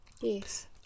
Yes